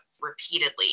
repeatedly